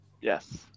Yes